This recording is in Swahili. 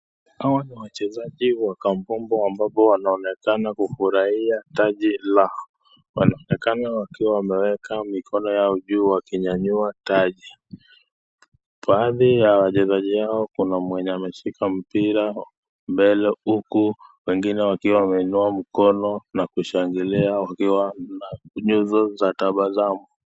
Hawa ni wachezaji wa kambumbu ambapo wanaonekana kufurahia taji lao, wanaonekana wakiwa wameweka mikono yao juu wakinyanyua taji. Baadhi ya wachezaji hawa kuna mwenye ameshika mpira mbele huku wengine wakiwa wameinua mikono wakishangalia wakiwa na nyuso za tabasamu.